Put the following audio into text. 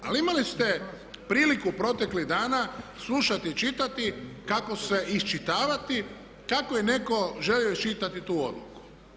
Ali imali ste priliku proteklih dana slušati, čitati kako se, iščitavati kako je netko želio iščitati tu odluku.